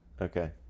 Okay